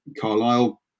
Carlisle